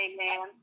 Amen